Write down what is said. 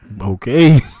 Okay